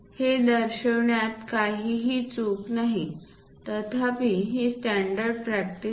हे दर्शविण्यात काहीही चूक नाही तथापि ही स्टॅंडर्ड प्रॅक्टिस नाही